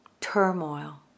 turmoil